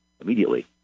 immediately